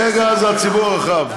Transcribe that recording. רגע, זה הציבור הרחב.